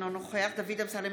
אינו נוכח דוד אמסלם,